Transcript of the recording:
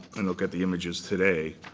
and look at the images today.